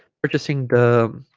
purchasing the